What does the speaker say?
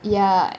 ya